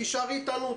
תישארי איתנו.